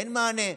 אין מענה.